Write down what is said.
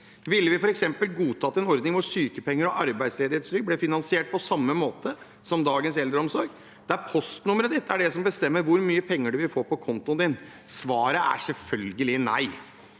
Ville vi f.eks. godtatt en ordning hvor sykepenger og arbeidsledighetstrygd ble finansiert på samme måte som dagens eldreomsorg, der postnummeret er det som bestemmer hvor mye penger man vil få på kontoen sin? Svaret er selvfølgelig nei.